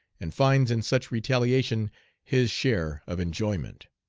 and finds in such retaliation his share of enjoyment.